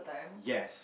yes